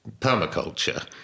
permaculture